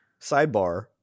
sidebar